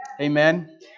Amen